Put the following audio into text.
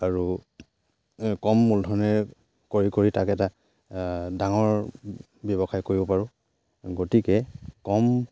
আৰু কম মূলধনেৰে কৰি কৰি তাক এটা ডাঙৰ ব্যৱসায় কৰিব পাৰোঁ গতিকে কম